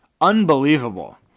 Unbelievable